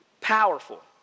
powerful